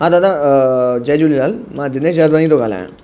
हा दादा जय झूलेलाल मां दिनेश जादवानी थो ॻाल्हायां